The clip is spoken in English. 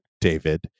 David